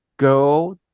go